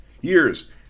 years